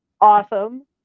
awesome